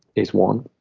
is one